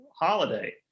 holiday